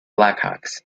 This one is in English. blackhawks